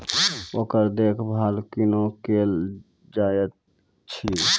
ओकर देखभाल कुना केल जायत अछि?